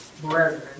brethren